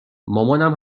مامانم